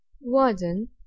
warden